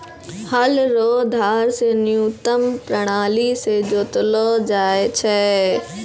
हल रो धार से न्यूतम प्राणाली से जोतलो जाय छै